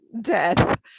death